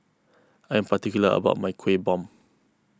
I am particular about my Kuih Bom